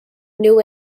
new